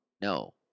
No